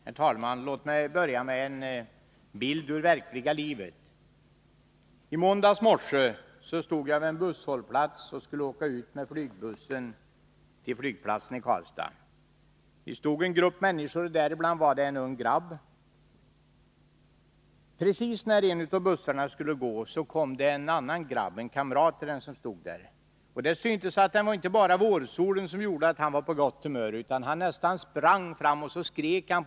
Herr talman! Låt mig börja med att återge en bild ur det verkliga livet. I måndags morse stod jag på en busshållplats. Jag skulle åka med flygbussen till flygplatsen i Karlstad. Vi var en grupp människor som stod där och väntade. Bland oss fanns en ung grabb. Precis när en av bussarna skulle starta, kom en kamrat till den unge grabben. Det syntes att det inte bara var vårsolen som gjorde att kamraten var på gott humör. Han nästan sprang fram till den unge grabben.